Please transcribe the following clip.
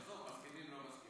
עזוב מסכימים, לא מסכימים.